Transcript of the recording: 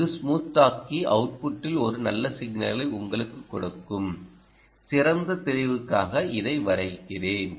இது ஸ்மூத் ஆக்கி அவுட்புட்டில் ஒரு நல்ல சிக்னலை உங்களுக்குக் கொடுக்கும் சிறந்த தெளிவுக்காக இதை வரைகிறேன்